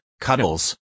cuddles